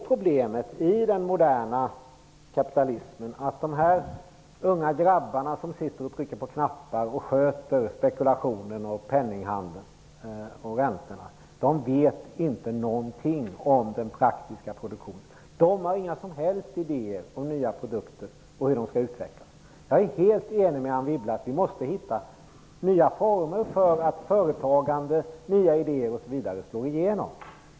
Problemet i den moderna kapitalismen är att de unga grabbar som sitter och trycker på knappar för att sköta spekulationen, penninghandeln och räntorna inte vet någonting om den faktiska produktionen. De har inga som helst idéer om nya produkter och hur de skall utvecklas. Jag är helt enig med Anne Wibble om att vi måste hitta nya former för att företagande, nya idéer osv. skall kunna slå igenom.